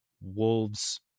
Wolves